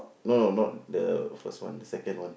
no no no not the first one second one